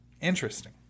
Interesting